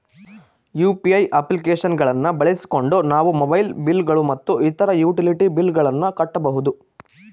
UPI application ಗಳನ್ನ ಬಳಸಿಕೊಂಡು ನಾವು ಮೊಬೈಲ್ ಬಿಲ್ ಗಳು ಮತ್ತು ಇತರ ಯುಟಿಲಿಟಿ ಬಿಲ್ ಗಳನ್ನ ಕಟ್ಟಬಹುದು